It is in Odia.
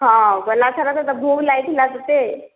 ହଁ ଗଲାଥର କେତେ ଭୁକ ଲାଗିଥିଲା ତୋତେ